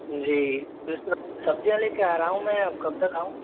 जी ये सब सब्ज़ियाँ लेकर आ रहा हूँ मैं कब तक आऊँ